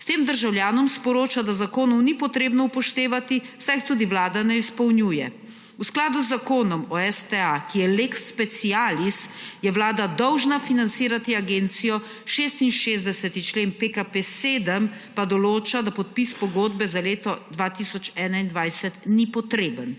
S tem državljanom sporoča, da zakonov ni potrebno upoštevati, saj jih tudi Vlada ne izpolnjuje. V skladu z Zakonom o STA, ki je lex specialis je Vlada dolžna financirati agencijo 66. člen PKP 7 pa določa, da podpis pogodbe za leto 2021 ni potreben.